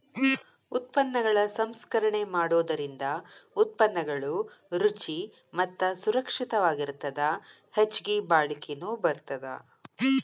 ಉತ್ಪನ್ನಗಳ ಸಂಸ್ಕರಣೆ ಮಾಡೋದರಿಂದ ಉತ್ಪನ್ನಗಳು ರುಚಿ ಮತ್ತ ಸುರಕ್ಷಿತವಾಗಿರತ್ತದ ಹೆಚ್ಚಗಿ ಬಾಳಿಕೆನು ಬರತ್ತದ